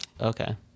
Okay